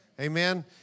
Amen